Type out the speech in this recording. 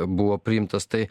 buvo priimtas tai